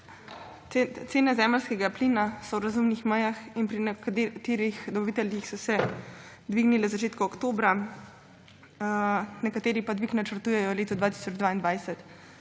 Cene zemeljskega plina so v razumnih mejah in pri nekaterih dobaviteljih so se dvignile v začetku oktobra, nekateri pa dvig načrtujejo v letu 2022.